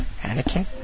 Anakin